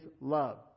Love